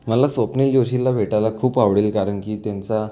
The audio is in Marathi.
मला स्वप्नील जोशीला भेटायला खूप आवडेल कारण की त्यांचा